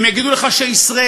הם יגידו לך שישראלים,